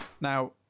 Now